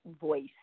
voice